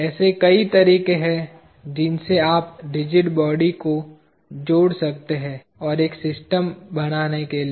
ऐसे कई तरीके हैं जिनसे आप रिजिड बॉडी को जोड़ सकते हैं और एक सिस्टम बनाने के लिए